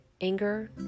anger